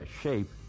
shape